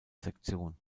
sektion